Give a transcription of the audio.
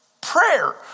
Prayer